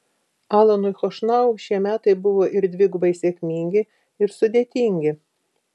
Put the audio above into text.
alanui chošnau šie metai buvo ir dvigubai sėkmingi ir sudėtingi